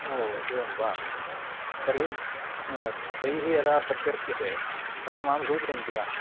ओ एवं वा तर्हि ओ तैः यदा प्रत्यर्पते तदा मां सूचयन्ति वा